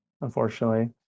unfortunately